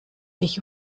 dich